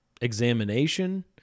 examination